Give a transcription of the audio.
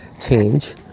change